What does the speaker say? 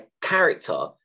character